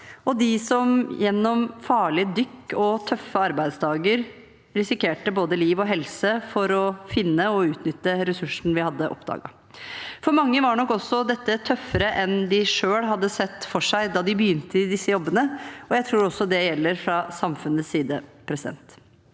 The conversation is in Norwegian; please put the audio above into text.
de som gjennom farlige dykk og tøffe arbeidsdager risikerte både liv og helse for å finne og utnytte ressursen vi hadde oppdaget. For mange var nok dette også tøffere enn de hadde sett for seg da de begynte i disse jobbene, og jeg tror det også gjelder fra samfunnets side.